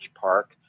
Park